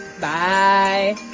Bye